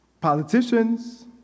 Politicians